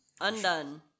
undone